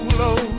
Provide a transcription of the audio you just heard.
low